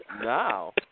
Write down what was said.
Now